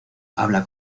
habla